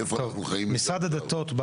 איפה אנחנו חיים עם זה עכשיו?